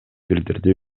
билдирди